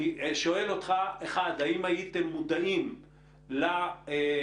אני שואל אותך האם הייתם מודעים למסקנות,